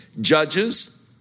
Judges